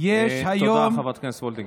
יש היום, תודה, חברת הכנסת וולדיגר.